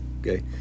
okay